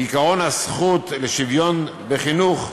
עקרון הזכות לשוויון בחינוך,